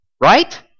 Right